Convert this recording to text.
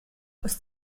aus